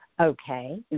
Okay